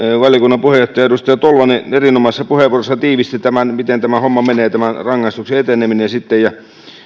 valiokunnan puheenjohtaja edustaja tolvanen erinomaisessa puheenvuorossaan tiivisti tämän miten tämä homma tämä rangaistuksen eteneminen sitten menee ja